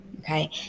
Okay